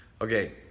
Okay